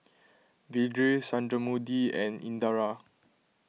Vedre Sundramoorthy and Indira